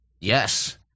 Yes